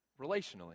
relationally